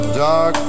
dark